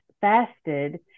fasted